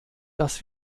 dass